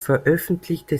veröffentlichte